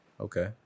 Okay